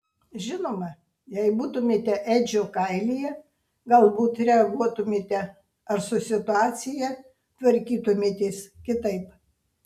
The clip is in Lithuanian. žinoma jei būtumėte edžio kailyje galbūt reaguotumėte ar su situacija tvarkytumėtės kitaip